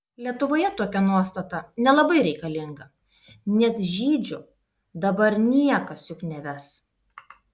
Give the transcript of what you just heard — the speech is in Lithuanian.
lietuvoje tokia nuostata nelabai reikalinga nes žydžių dabar niekas juk neves